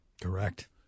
Correct